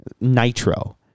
Nitro